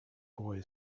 boy